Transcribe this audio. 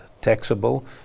taxable